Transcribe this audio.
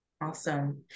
awesome